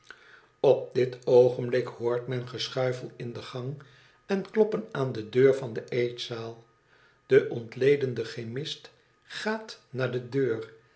op dit oogenblik hoort men geschuifel in de gang en kloppen aan de deur van de eetzaal de ontledende chemist gaat naar de deur